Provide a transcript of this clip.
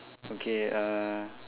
okay uh